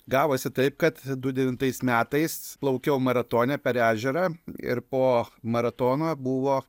gavosi taip kad du devintais metais plaukiau maratone per ežerą ir po maratono buvo